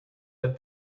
that